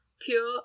pure